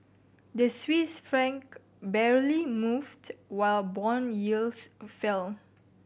the Swiss franc barely moved while bond yields fell